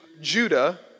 Judah